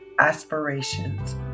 Aspirations